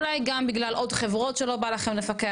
אולי גם בגלל עוד חברות שלא בא לכם לפקח,